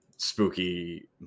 spooky